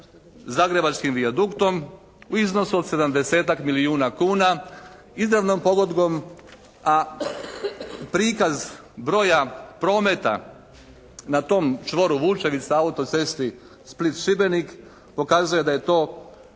Zagrebačkim vijaduktom u iznosu od 70-ak milijuna kuna izravnom pogodbom. A prikaz broja prometa na tom čvoru Vučevica Autocesti Split – Šibenik pokazuje da je to